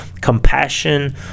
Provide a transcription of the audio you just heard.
compassion